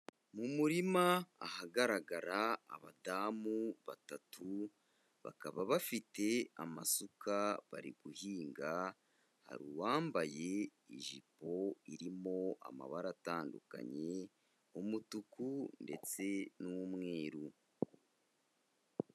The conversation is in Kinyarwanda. Mu murima ahagaragara abadamu batatu, bakaba bafite amasuka bari guhinga, hari uwambaye ijipo irimo amabara atandukanye, umutuku ndetse n'umweru.